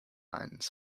irons